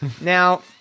Now